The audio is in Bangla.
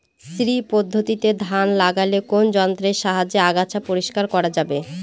শ্রী পদ্ধতিতে ধান লাগালে কোন যন্ত্রের সাহায্যে আগাছা পরিষ্কার করা যাবে?